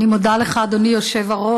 אני מודה לך, אדוני היושב-ראש.